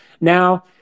Now